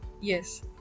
Yes